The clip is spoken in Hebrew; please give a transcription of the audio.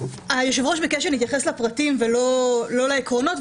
היושב-ראש ביקש שנתייחס לפרטים ולא לעקרונות,